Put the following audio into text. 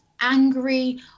angry